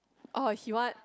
orh he want